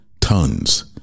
Tons